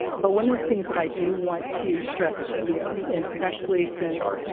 but one of the things that i do want to stress to you, and especially since